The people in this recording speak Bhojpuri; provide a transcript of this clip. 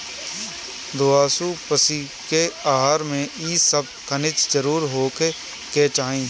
दुधारू पशु के आहार में इ सब खनिज जरुर होखे के चाही